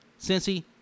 Cincy